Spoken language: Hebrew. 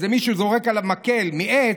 איזה מישהו זורק עליו מקל מעץ,